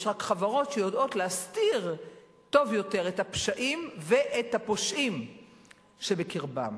יש רק חברות שיודעות להסתיר טוב יותר את הפשעים ואת הפושעים שבקרבם,